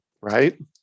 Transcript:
Right